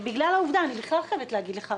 אני בכלל חייבת להגיד לך,